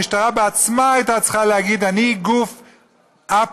המשטרה עצמה הייתה צריכה להגיד: אני גוף א-פוליטי,